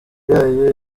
yayo